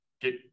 get